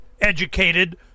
educated